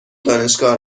دانشگاه